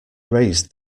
raised